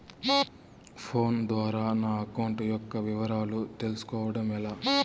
Phone ద్వారా నా account యొక్క వివరాలు తెలుస్కోవడం ఎలా?